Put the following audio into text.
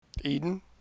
Eden